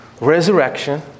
resurrection